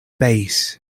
base